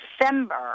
December